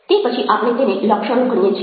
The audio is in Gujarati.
તે પછી આપણે તેને લક્ષણો ગણીએ છીએ